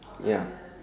ya